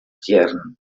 stjerren